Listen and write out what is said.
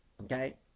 Okay